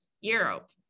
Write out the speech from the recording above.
Europe